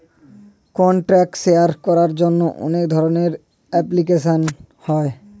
contact share করার জন্য অনেক ধরনের অ্যাপ্লিকেশন হয়